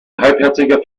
halbherziger